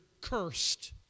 cursed